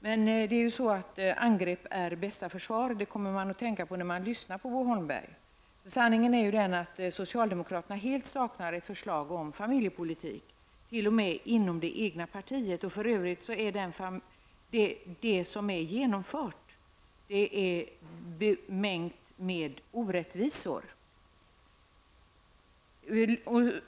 Men angrepp är bästa försvar. Det kommer man att tänka på när man lyssnar på Bo Holmberg. Sanningen är ju den att socialdemokraterna helt saknar ett förslag om familjepolitik, t.o.m. inom det egna partiet. Det som har genomförts är bemängt med orättvisor.